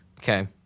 Okay